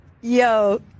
yo